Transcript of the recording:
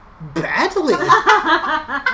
badly